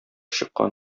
чыккан